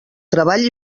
treball